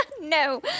No